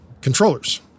controllers